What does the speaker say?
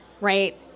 right